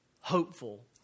hopeful